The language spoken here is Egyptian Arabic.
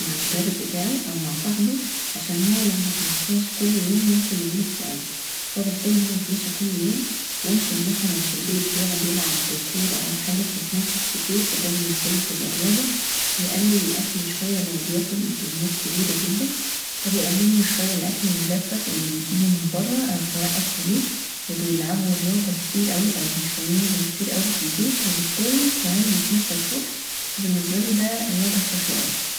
المدرب بتاعه او مع صاحبه عشان هو لو متمشاش كل يوم ممكن يجيله اكتئاب فهو بيحتاج انه يتمشي كل يوم وممكن في البيت مثلا بيقعد يلعب بكوره مثلا او بحاجه فيتنطط كتير فدا بالنسباله بتبقي رياضه ويقلل الأكل شويه لو بياكل بكميات كبيره جدا فبيقلله شويه الأكل المجفف اللي بيجيبه من برا او سواء اكل بيت وبيلعبه رياضه كتير اوي او بيخليه يهري كتير اوي في البيت وبالتالي كمان بيتمشي الصبح فبالنسباله دا رياضه كافيه اوي.